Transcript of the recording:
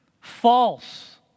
False